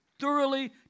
thoroughly